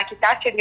מהכיתה שלי,